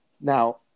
Now